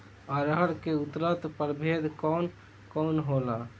अरहर के उन्नत प्रभेद कौन कौनहोला?